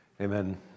Amen